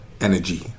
energy